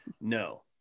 No